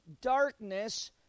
darkness